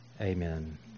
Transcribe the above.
Amen